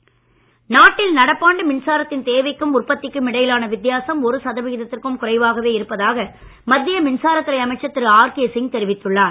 மின்சாரம் நாட்டில் நடப்பாண்டு மின்சாரத்தின் தேவைக்கும் உற்பத்திற்கும் இடையிலான வித்தியாசம் ஒரு சதவிகிதத்திற்கும் குறைவாகவே இருப்பதாக மத்திய மின்சாரத் துறை அமைச்சர் திரு ஆர்கே சிங் தெரிவித்துள்ளார்